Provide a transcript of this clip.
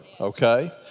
okay